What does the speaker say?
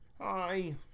Hi